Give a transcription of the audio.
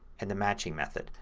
and the matching method.